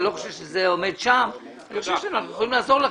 אני חושב שאנחנו יכולים לעזור לך,